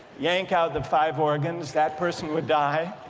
yank out the five organs, that person would die